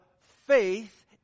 faith